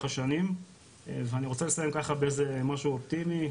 השנים ואני רוצה לסיים ככה באיזה משהו אופטימי,